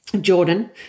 Jordan